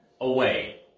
away